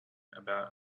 about